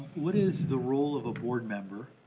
what is the role of a board member?